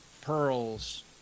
pearls